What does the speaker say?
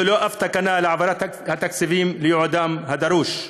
ללא אף תקנה להעברת התקציבים לייעודם הדרוש.